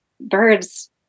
Birds